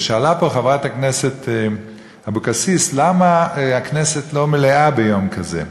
שאלה פה חברת הכנסת אבקסיס למה הכנסת לא מלאה ביום כזה.